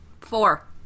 Four